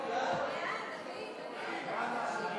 ההצעה